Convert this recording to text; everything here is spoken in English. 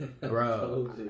bro